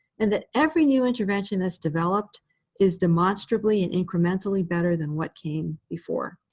and that every new intervention that's developed is demonstrably and incrementally better than what came before.